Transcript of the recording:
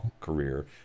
career